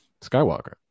Skywalker